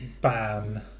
ban